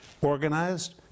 Organized